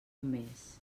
mes